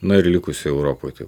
na ir likusioj europoj taip